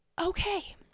okay